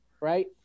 right